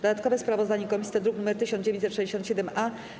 Dodatkowe sprawozdanie komisji to druk nr 1967-A.